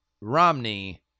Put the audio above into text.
Romney